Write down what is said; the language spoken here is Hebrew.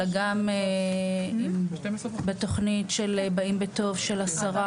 אלא גם בתוכנית של "באים בטוב" של השרה,